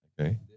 Okay